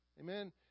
Amen